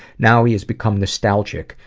now he's become nostalgic,